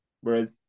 whereas